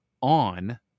on